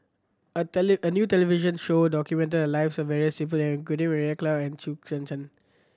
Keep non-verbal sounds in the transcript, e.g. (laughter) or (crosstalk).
a (unintelligible) a new television show documented the lives of various (unintelligible) including Meira Chand and Chew Kheng Chuan